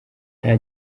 nta